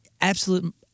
absolute